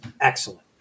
excellent